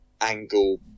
Angle